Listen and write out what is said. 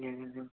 ഞാനിന്ന്